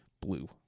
Blue